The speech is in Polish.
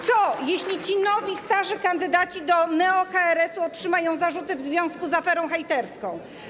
Co jeśli ci nowi starzy kandydaci do neo-KRS otrzymają zarzuty w związku z aferą hejterską?